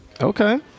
Okay